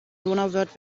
donauwörth